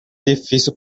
difícil